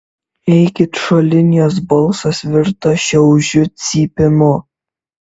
eikit šalin jos balsas virto šaižiu cypimu